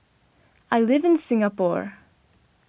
I live in Singapore